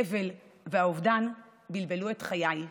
האבל והאובדן בלבלו את חיי.